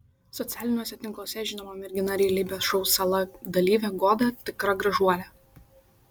socialiniuose tinkluose žinoma mergina realybės šou sala dalyvė goda tikra gražuolė